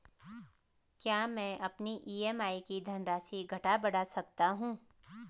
क्या मैं अपनी ई.एम.आई की धनराशि घटा बढ़ा सकता हूँ?